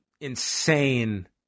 insane